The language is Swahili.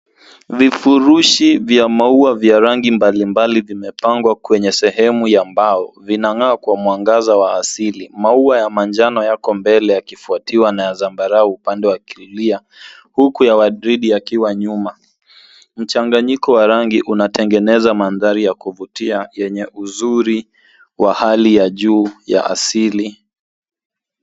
Vifurushi vya maua vya rangi mbalimbali vimepangwa kwenye sehemu ya mbao. Vinang'aa kwa mwangaza wa asili. Maua ya manjano yako mbele yakifuatiwa na ya zambarau upande wa kulia huku ya waridi yakiwa nyuma. Mchanganyiko wa rangi unatengeneza mandhari ya kuvutia yenye uzuri wa hali ya juu ya asili.